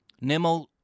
Nimmo